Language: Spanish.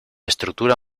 estructura